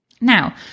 Now